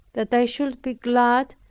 that i should be glad,